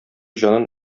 җанын